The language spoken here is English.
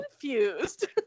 confused